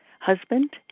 husband